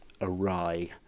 awry